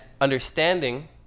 understanding